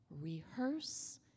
rehearse